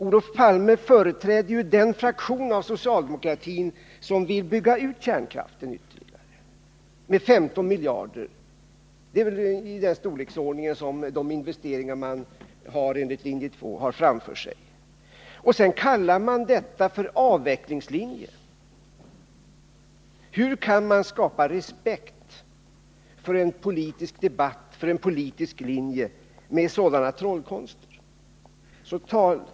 Olof Palme företräder ju den fraktion av socialdemokratin som vill bygga ut kärnkraften ytterligare för 15 miljarder kronor. Det är väl investeringar i den storleksordningen som man enligt linje 2 har framför sig. Sedan kallar man detta för en avvecklingslinje. Hur kan man skapa respekt för en politisk linje med sådana trollkonster?